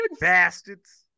Bastards